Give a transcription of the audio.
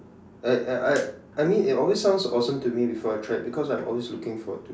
I I I I mean it always sound awesome to me before I tried because I'm always looking forward to it